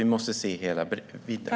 Vi måste se hela vidden.